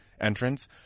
entrance